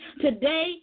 Today